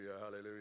hallelujah